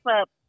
up